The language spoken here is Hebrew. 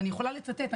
ואני יכולה לצטט.